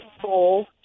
full